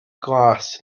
glas